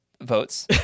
votes